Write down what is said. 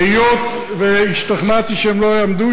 היות שהשתכנעתי שהם לא יעמדו,